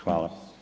Hvala.